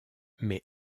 mais